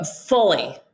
Fully